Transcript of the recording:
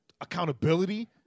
accountability